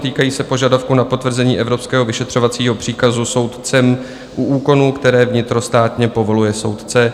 Týkají se požadavku na potvrzení evropského vyšetřovacího příkazu soudcem u úkonů, které vnitrostátně povoluje soudce.